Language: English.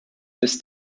this